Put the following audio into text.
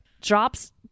Drops